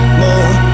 more